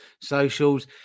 socials